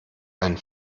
einen